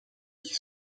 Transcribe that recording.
qui